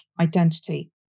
identity